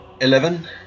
Eleven